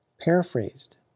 paraphrased